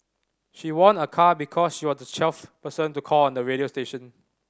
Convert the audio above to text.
she won a car because she was the twelfth person to call on the radio station